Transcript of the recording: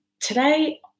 today